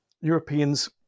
Europeans